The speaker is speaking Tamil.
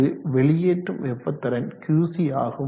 கூறு வெளியேற்றும் வெப்பத்திறன் QC ஆகும்